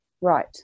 right